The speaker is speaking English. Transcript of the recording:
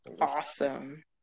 awesome